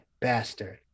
bastard